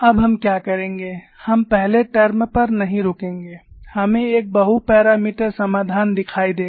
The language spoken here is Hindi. अब हम क्या करेंगे हम पहले टर्म पर नहीं रुकेंगे हमें एक बहु मापदण्ड समाधान दिखाई देगा